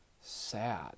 sad